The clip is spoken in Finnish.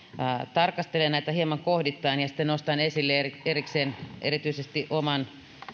tarkastelen näitä hieman kohdittain ja sitten nostan esille erikseen erityisesti oman